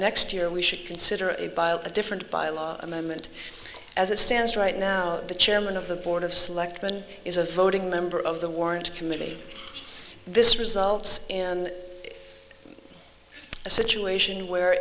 next year we should consider a different bylaw amendment as it stands right now the chairman of the board of selectmen is a voting member of the warrant committee this results in a situation where